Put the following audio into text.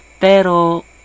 pero